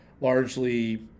largely